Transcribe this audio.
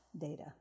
data